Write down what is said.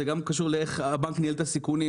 זה גם קשור לאיך הבנק ניהל את הסיכונים,